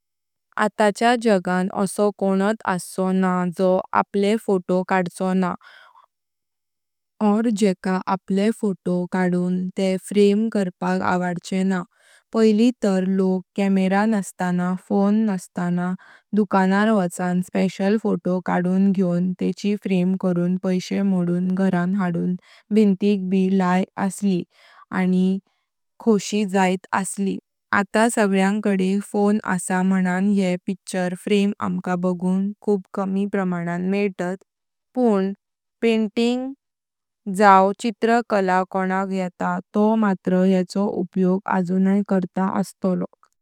आताच्या जणां आसा कोणात आछो न्हा जो आपले फोटो कडछो न्हा ऑर जेका आपले फोटो कडून ते फ्रेम करपाक आवडचे न्हा। पहिली तार लोक कैमेरा नस्तना फोन नस्तना दुकानदार वाचन स्पेशल फोटो कडून घ्यवून तेची फ्रेम करून पैशे मोडून घरा हाडून भिंतिक ब लाय असली आनी खुशी जात पन आता सगळ्यां कडे फोन आसा मनन येह पिक्चर फ्रेम आमका बगुंग खूप कमी प्रमाण मेइतात पन पेंटिंग जाव चित्र कला कोणाक येता तो मात्र येचो उपयोग अजुनाय करतात आस्तलो।